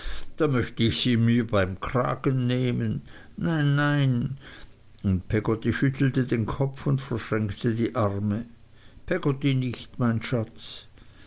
da möchte ich sie mir beim kragen nehmen nein nein und peggotty schüttelte den kopf und verschränkte die arme peggotty nicht mein schatz